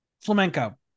Flamenco